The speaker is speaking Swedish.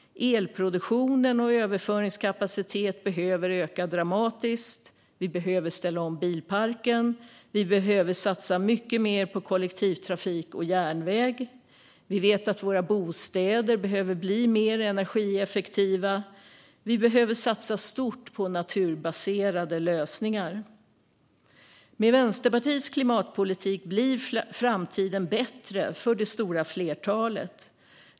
Elproduktion och överföringskapacitet behöver öka dramatiskt. Vi behöver ställa om bilparken. Vi behöver satsa mycket mer på kollektivtrafik och järnväg. Vi vet att våra bostäder behöver bli mer energieffektiva. Och vi behöver satsa stort på naturbaserade lösningar. Med Vänsterpartiets klimatpolitik blir framtiden bättre för det stora flertalet.